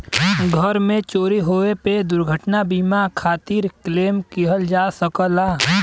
घर में चोरी होये पे दुर्घटना बीमा खातिर क्लेम किहल जा सकला